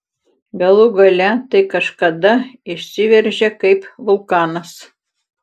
galų gale tai kažkada išsiveržia kaip vulkanas